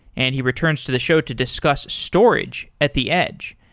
and he returns to the show to discuss storage at the edge.